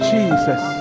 Jesus